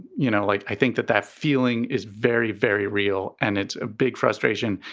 you know, like i think that that feeling is very, very real. and it's a big frustration.